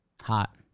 Hot